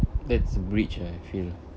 that's breach I feel